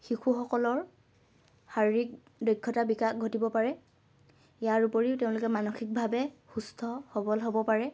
শিশুসকলৰ শাৰীৰিক দক্ষতাৰ বিকাশ ঘটিব পাৰে ইয়াৰ উপৰিও তেওঁলোকে মানসিকভাৱে সুস্থ সবল হব পাৰে